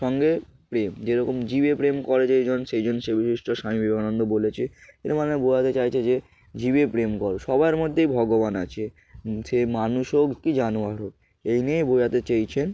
সঙ্গে প্রেম যেরকম জীবে প্রেম করে যেইজন সেই জন সেবিছে ঈশ্বর বিশিষ্ট স্বামী বিবেকানন্দ বলেছে এর মানে বোঝাতে চাইছে যে জীবে প্রেম কর সবার মধ্যেই ভগবান আছে সে মানুষ হোক কি জানোয়ার হোক এই নিয়েই বোঝাতে চেয়েছেন